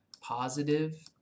positive